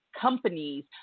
companies